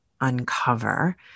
uncover